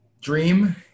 dream